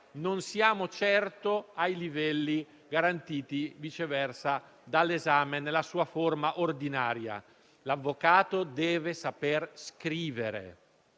non siamo certo ai livelli garantiti, dall'esame nella sua forma ordinaria. L'avvocato deve saper scrivere